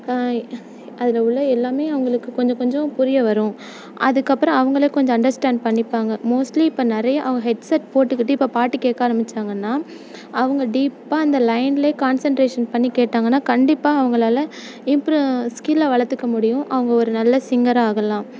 அதில் உள்ள எல்லாமே அவங்களுக்கு கொஞ்சம் கொஞ்ச புரிய வரும் அதுக்கு அப்புறோ அவங்களே கொஞ்சம் அண்டர்ஸ்டான்ட் பண்ணிப்பாங்க மோஸ்ட்லி இப்போ நிறையா அவ ஹெட்செட் போட்டுக்கிட்டு இப்போ பாட்டு கேட்க ஆரமிச்சாங்கன்னா அவங்க டீப்பா அந்த லைன்லேயே கான்சன்ட்ரேஷன் பண்ணி கேட்டாங்கன்னா கண்டிப்பாக அவங்களால் இம்ப்ரூவ் ஸ்கில்லை வளர்த்துக்க முடியும் அவங்க ஒரு நல்ல சிங்கர் ஆகலாம்